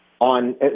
on